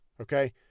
okay